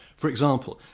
for example,